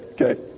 Okay